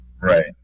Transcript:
right